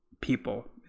people